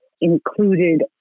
included